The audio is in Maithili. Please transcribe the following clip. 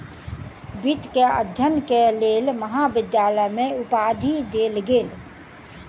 वित्त के अध्ययन के लेल महाविद्यालय में उपाधि देल गेल